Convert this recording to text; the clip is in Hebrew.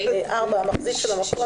(4)המחזיק של המקום,